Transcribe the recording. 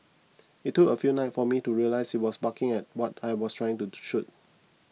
it took a few nights for me to realise it was barking at what I was trying to shoot